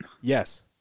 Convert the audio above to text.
Yes